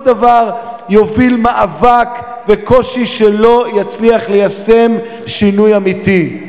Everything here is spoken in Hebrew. כל דבר יוביל מאבק וקושי שלא יצליח ליישם שינוי אמיתי.